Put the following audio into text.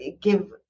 give